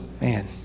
Man